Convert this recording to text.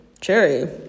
cherry